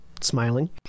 smiling